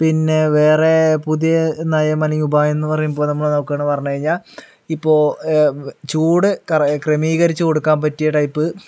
പിന്നേ വേറേ പുതിയ നയം അല്ലെങ്കിൽ ഉപായം എന്ന് പറയുമ്പോൾ നമ്മള് നോക്കാന്ന് പറഞ്ഞു കഴിഞ്ഞാൽ ഇപ്പോൾ ചൂട് ക്ര ക്രമീകരിച്ചു കൊടുക്കാൻ പറ്റിയ ടൈപ്പ്